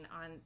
on